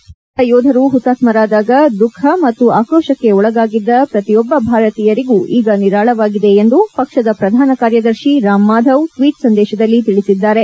ಭದ್ರತಾಪಡೆಗಳ ಯೋಧರು ಹುತಾತ್ಸರಾದಾಗ ದುಃಖ ಮತ್ತು ಆಕ್ರೋಶಕ್ಕೆ ಒಳಗಾಗಿದ್ದ ಪ್ರತಿಯೊಬ್ಬ ಭಾರತೀಯರಿಗೂ ಈಗ ನಿರಾಳವಾಗಿದೆ ಎಂದು ಪಕ್ಷದ ಪ್ರಧಾನ ಕಾರ್ಯದರ್ಶಿ ರಾಮ್ ಮಾಧವ್ ಟ್ವೀಟ್ ಸಂದೇಶದಲ್ಲಿ ತಿಳಿಸಿದ್ದಾರೆ